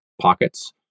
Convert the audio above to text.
pockets